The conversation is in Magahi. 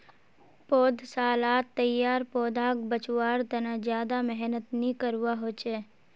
पौधसालात तैयार पौधाक बच्वार तने ज्यादा मेहनत नि करवा होचे